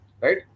right